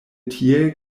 tiel